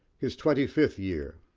his twenty-fifth year.